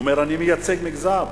הוא אמר: אני מייצג מגזר,